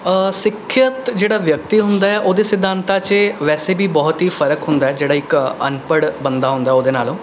ਸਿੱਖਿਅਤ ਜਿਹੜਾ ਵਿਅਕਤੀ ਹੁੰਦਾ ਹੈ ਉਹਦੇ ਸਿਧਾਂਤਾਂ 'ਚ ਵੈਸੇ ਵੀ ਬਹੁਤ ਹੀ ਫ਼ਰਕ ਹੁੰਦਾ ਜਿਹੜਾ ਇੱਕ ਅਨਪੜ੍ਹ ਬੰਦਾ ਹੁੰਦਾ ਉਹਦੇ ਨਾਲੋ